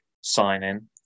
sign-in